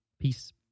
Peace